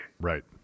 Right